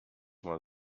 mal